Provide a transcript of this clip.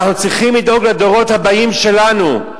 אנחנו צריכים לדאוג לדורות הבאים שלנו,